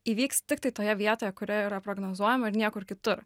įvyks tiktai toje vietoje kurioj yra prognozuojama ir niekur kitur